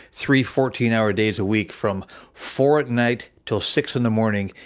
three fourteen hour days a week, from four at night till six in the morning,